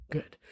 Good